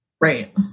Right